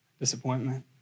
disappointment